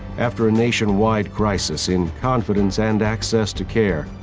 after a nationwide crisis in confidence and access to care,